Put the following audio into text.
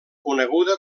coneguda